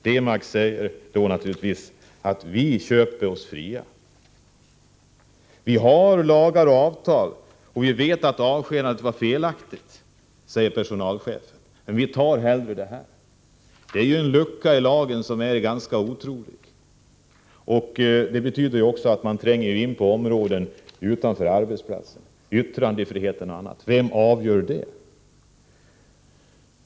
Demag säger då naturligtvis att företaget köpt sig fritt. Personalchefen säger: Vi har lagar och avtal, och vi vet att avskedandet var felaktigt, men vi tar hellre detta skadestånd. Denna lucka i lagen är ganska otrolig. Detta betyder att man tränger in på områden utanför arbetsplatsen — yttrandefrihet, m.m. Vem avgör sådant?